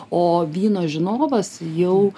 o vyno žinovas jau